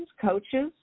coaches